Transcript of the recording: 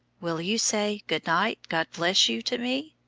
will you say, good-night god bless you to me?